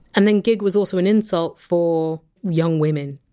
and then gig was also an insult for young women,